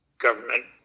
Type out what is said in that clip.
government